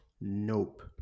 nope